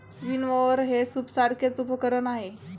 विनओवर हे सूपसारखेच उपकरण आहे